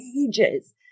ages